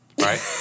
Right